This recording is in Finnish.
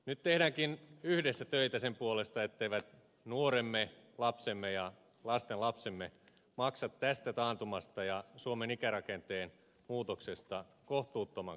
nyt tehdäänkin yhdessä töitä sen puolesta etteivät nuoremme lapsemme ja lastenlapsemme maksa tästä taantumasta ja suomen ikärakenteen muutoksesta kohtuuttoman korkeaa laskua